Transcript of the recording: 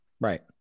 Right